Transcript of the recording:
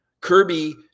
Kirby